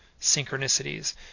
synchronicities